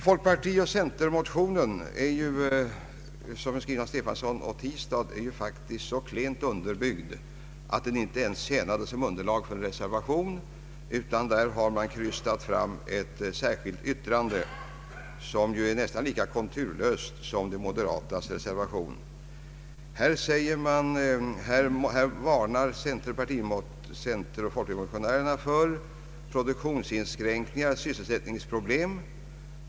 är skriven av herrar Stefanson och Tistad, är faktiskt så klent underbyggd att den inte ens tjänade som underlag för reservation, utan man har krystat fram ett särskilt yttrande som är nästan lika konturlöst som de moderatas reservation. Här varnar centern och folkpartiet för produktionsinskränkningar och sysselsättningsproblem.